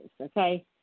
okay